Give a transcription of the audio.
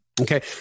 Okay